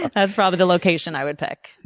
and that's probably the location i would pick.